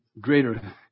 greater